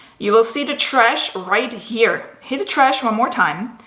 you will see the trash right here. hit the trash one more time.